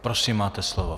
Prosím, máte slovo.